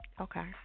Okay